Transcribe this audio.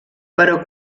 però